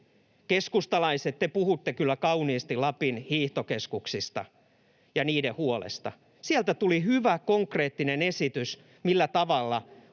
Keskustalaiset, te puhutte kyllä kauniisti Lapin hiihtokeskuksista ja niiden huolesta. Sieltä tuli hyvä, konkreettinen esitys, millä tavalla